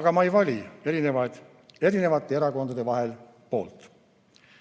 aga ma ei vali erinevate erakondade vahel poolt.